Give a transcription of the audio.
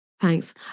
Thanks